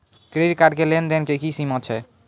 Credit card के लेन देन के की सीमा छै?